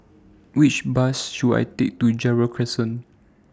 Which Bus should I Take to Gerald Crescent